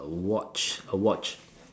a watch a watch